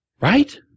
Right